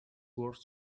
word